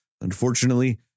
unfortunately